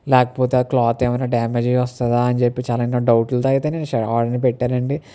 లేకపోతే ఆ క్లాత్ ఏమైనా డ్యామేజ్ అయి వస్తుందా అని చెప్పి చాలా అంటే డౌట్లతో అయితే నేను ఆర్డర్ పెట్టానండి